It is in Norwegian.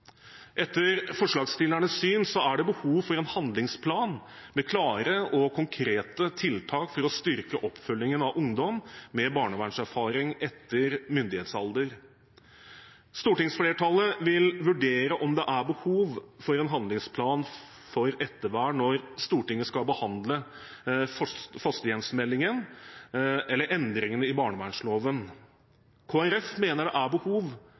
Etter forslagsstillernes syn er det behov for en handlingsplan med klare og konkrete tiltak for å styrke oppfølgingen av ungdom med barnevernserfaring etter myndighetsalder. Stortingsflertallet vil vurdere om det er behov for en handlingsplan for ettervern når Stortinget skal behandle fosterhjemsmeldingen eller endringene i barnevernsloven. Kristelig Folkeparti mener det er behov